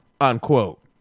unquote